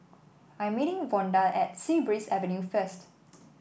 I'm meeting Vonda at Sea Breeze Avenue first